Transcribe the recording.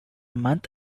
month